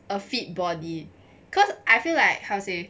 a fit body cause I feel like how to say